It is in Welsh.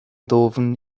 ddwfn